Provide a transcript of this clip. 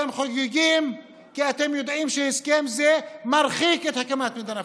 אתם חוגגים כי אתם יודעים שהסכם זה מרחיק הקמת מדינה פלסטינית.